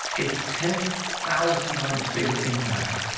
a ten thousand times bigger impact,